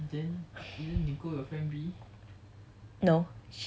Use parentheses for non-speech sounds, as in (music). (breath)